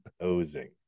posing